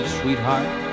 sweetheart